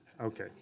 Okay